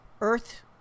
earth